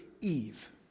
Eve